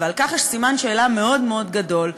ועל כך יש סימן שאלה מאוד מאוד גדול.